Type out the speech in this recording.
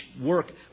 work